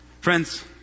Friends